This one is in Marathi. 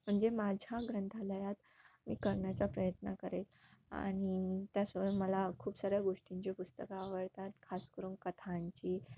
म्हणजे माझ्या ग्रंथालयात मी करण्याचा प्रयत्न करेल आणि त्यासब मला खूप साऱ्या गोष्टींची पुस्तकं आवडतात खास करून कथांची